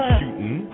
shooting